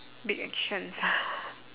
big actions